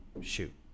shoot